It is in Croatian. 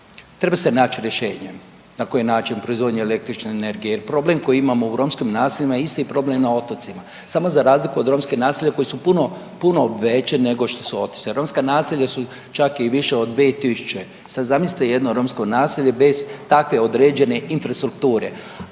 treba se naći rješenje na koji način proizvodnja električne energije jer problem koji imamo u romskim naseljima je isti problem na otocima. Samo za razliku od romskih naselja koja su puno, puno veće nego što su …/nerazumljivo/… naselja su čak i više od 2000. Sad zamislite jedno romsko naselje bez takve određene infrastrukture,